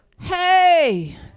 Hey